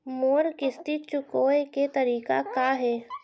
मोर किस्ती चुकोय के तारीक का हे?